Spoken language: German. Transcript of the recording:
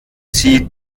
sie